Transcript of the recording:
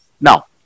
Now